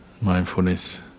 mindfulness